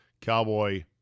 Cowboy